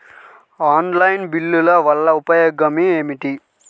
Online బిల్లుల వల్ల ఉపయోగమేమిటీ?